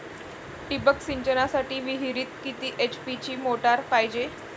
ठिबक सिंचनासाठी विहिरीत किती एच.पी ची मोटार पायजे?